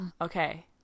okay